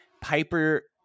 piper